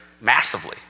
massively